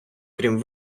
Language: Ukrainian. крім